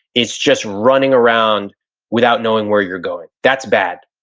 it's just running around without knowing where you're going. that's bad.